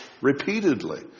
repeatedly